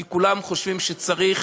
כי כולם חושבים שצריך